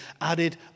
added